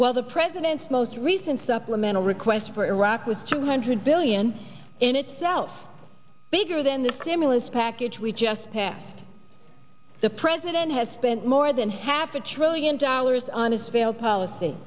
while the president's most recent supplemental request for iraq was two hundred billion in itself bigger than the stimulus package we just passed the president has spent more than half a trillion dollars on his failed policy